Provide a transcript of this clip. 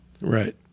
right